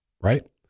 right